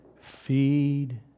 Feed